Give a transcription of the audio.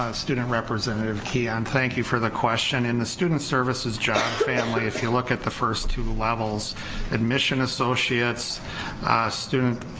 ah student representative kian, thank you for the question, in the student services job family if you look at the first two levels admission associates student